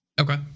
Okay